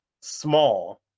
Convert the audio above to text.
small